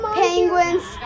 penguins